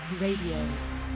Radio